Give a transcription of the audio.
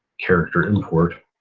character import,